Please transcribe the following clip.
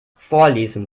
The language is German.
vorlesen